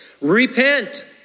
repent